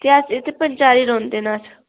क्या इत इत्थै पंचैरी रौंह्दे न अस